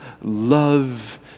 love